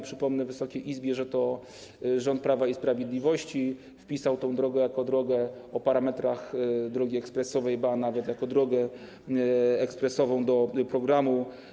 Przypomnę Wysokiej Izbie, że to rząd Prawa i Sprawiedliwości wpisał tę drogę jako drogę o parametrach drogi ekspresowej, ba, nawet jako drogę ekspresową, do programu.